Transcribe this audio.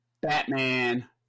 Batman